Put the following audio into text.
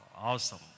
Awesome